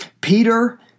Peter